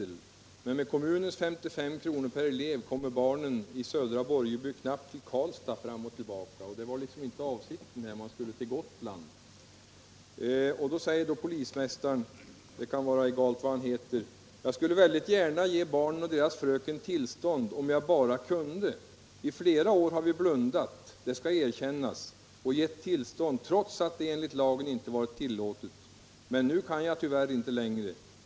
Men med kommunens 55 kronor per elev kommer barnen i S:a Borjeby knappt till Karlstad fram och tillbaka.” — Och det var liksom inte avsikten, då man skulle till Gotland. Då säger polismästaren — det kan vara egalt vad han heter: ”Jag skulle väldigt gärna ge barnen och deras fröken tillstånd, om jag bara kunde. I flera år har vi blundat, det ska erkännas, och gett tillstånd trots att det enligt lagen inte varit tillåtet. Men nu kan jag tyvärr inte längre.